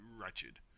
wretched